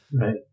Right